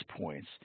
points